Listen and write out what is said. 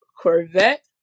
corvette